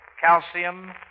Calcium